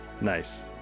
Nice